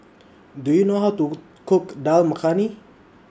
Do YOU know How to Cook Dal Makhani